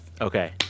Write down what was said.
okay